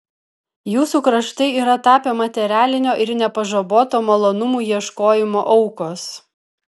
jūsų kraštai yra tapę materialinio ir nepažaboto malonumų ieškojimo aukos